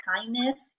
kindness